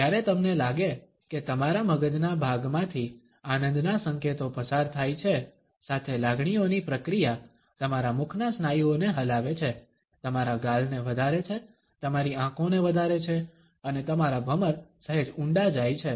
જ્યારે તમને લાગે કે તમારા મગજના ભાગમાંથી આનંદના સંકેતો પસાર થાય છે સાથે લાગણીઓની પ્રક્રિયા તમારા મુખના સ્નાયુઓને હલાવે છે તમારા ગાલને વધારે છે તમારી આંખોને વધારે છે અને તમારા ભમર સહેજ ઊંડા જાય છે